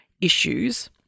issues